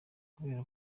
kubera